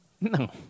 No